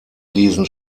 diesen